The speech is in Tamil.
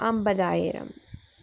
ஐம்பதாயிரம்